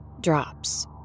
Drops